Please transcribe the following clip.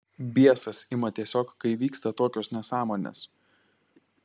biesas ima tiesiog kai vyksta tokios nesąmonės